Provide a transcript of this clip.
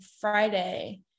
Friday